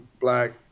black